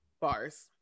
Bars